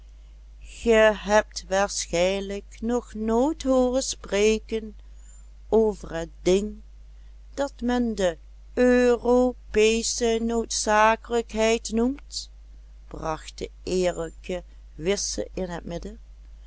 ge hebt waarschijnlijk nog nooit hooren spreken over het ding dat men de europeesche noodzakelijkheid noemt bracht de eerlijke wisse in het midden